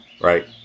right